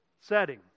setting